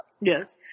Yes